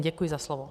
Děkuji za slovo.